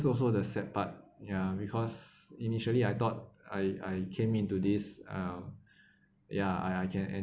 also the sad but ya because initially I thought I I came into this uh ya I I can